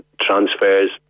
transfers